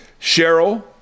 cheryl